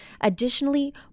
Additionally